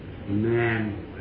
Amen